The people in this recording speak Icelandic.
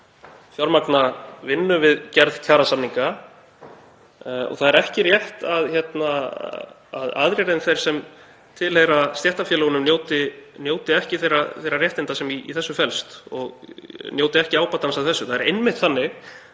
fjármagna vinnu við gerð kjarasamninga. Það er ekki rétt að aðrir en þeir sem tilheyra stéttarfélögunum njóti ekki þeirra réttinda sem í þessu felast og njóti ekki ábatans af þessu. Það er einmitt þannig